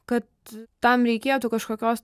kad tam reikėtų kažkokios